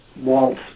Walt